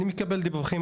אני מקבל דיווחים,